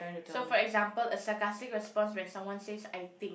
so for example a sarcastic response when someone says I think